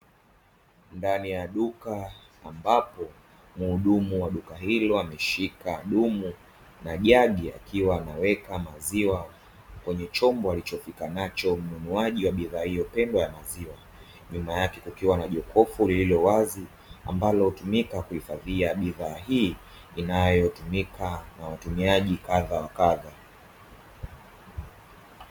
Ndani ya duka ambapo mhudumu wa duka hilo ameshika dumu na jagi akiwa anaweka maziwa kwenye chombo alichofika nacho mnunuaji wa bidhaa hiyo pendwa ya maziwa, nyuma yake kukiwa na jokofu lililo wazi ambalo hutumika kuhifadhia bidhaa hii inayotumika na watumiaji kadha wa kadha.